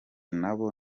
nabo